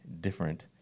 different